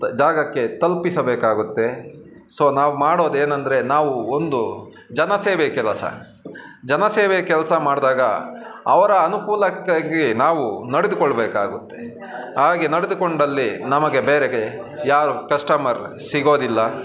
ತ್ ಜಾಗಕ್ಕೆ ತಲುಪಿಸಬೇಕಾಗುತ್ತೆ ಸೊ ನಾವು ಮಾಡೋದೇನಂದರೆ ನಾವು ಒಂದು ಜನ ಸೇವೆಯ ಕೆಲಸ ಜನ ಸೇವೆಯ ಕೆಲಸ ಮಾಡಿದಾಗ ಅವರ ಅನುಕೂಲಕ್ಕಾಗಿ ನಾವು ನಡೆದುಕೊಳ್ಬೇಕಾಗುತ್ತೆ ಹಾಗೆ ನಡೆದುಕೊಂಡಲ್ಲಿ ನಮಗೆ ಬೇರೆ ಯಾರು ಕಸ್ಟಮರ್ ಸಿಗೋದಿಲ್ಲ